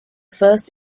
first